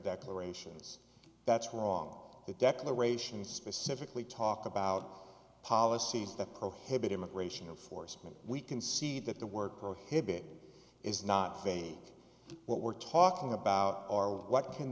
declarations that's wrong the declarations specifically talk about policies that prohibit immigration of foresman we can see that the word prohibit is not phased what we're talking about or what can